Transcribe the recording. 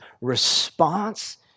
response